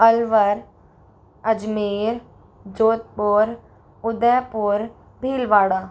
Alwar Ajmer Jodhpur Udaipur Bhilwara